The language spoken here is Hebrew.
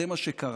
זה מה שקרה.